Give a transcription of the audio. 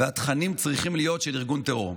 והתכנים צריכים להיות של ארגון טרור.